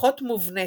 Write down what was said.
ופחות מובנית,